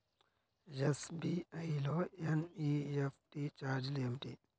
SBI లో NEFT ఛార్జీలు ఏమిటి?